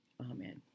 Amen